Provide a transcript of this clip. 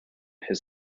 his